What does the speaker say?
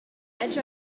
edge